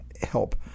help